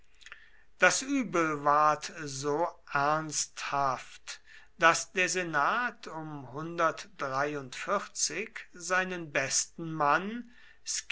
das übel ward so ernsthaft daß der senat um seinen besten mann